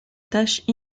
tâche